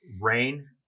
Rain